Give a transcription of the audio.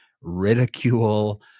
ridicule